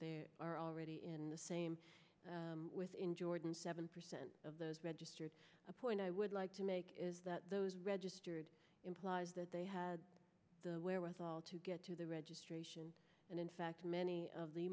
they are already in the same with in jordan seven percent of the the point i would like to make is that those registered implies that they had the wherewithal to get to the registration and in fact many of the